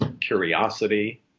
curiosity